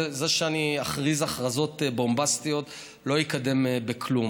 זה שאני אכריז הכרזות בומבסטיות לא יקדם בכלום.